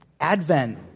Advent